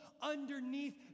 underneath